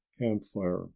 campfire